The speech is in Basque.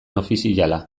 ofiziala